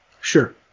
Sure